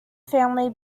family